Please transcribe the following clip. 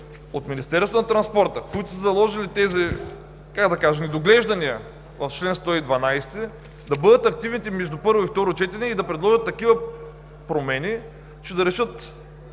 от Министерството на транспорта, откъдето са заложили тези недоглеждания в чл. 112, да бъдат активните между първо и второ четене и да предложат такива промени, че да решат